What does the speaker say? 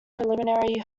parliamentary